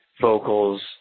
vocals